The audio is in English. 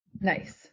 Nice